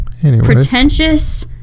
Pretentious